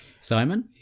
Simon